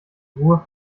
ruhe